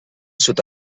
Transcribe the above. sud